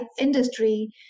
industry